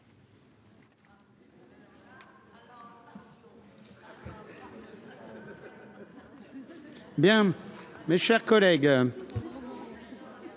donc mes chers collègues,